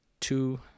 two